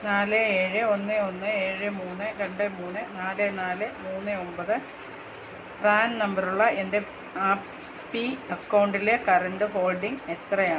നാല് ഏഴ് ഒന്ന് ഒന്ന് ഏഴ് മൂന്ന് രണ്ട് മൂന്ന് നാല് നാല് മൂന്ന് ഒമ്പത് പ്രാൺ നമ്പറുള്ള എൻ്റെ ആപ്പി അക്കൗണ്ടിലെ കറൻറ്റ് ഹോൾഡിംഗ് എത്രയാണ്